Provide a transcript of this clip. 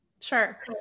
Sure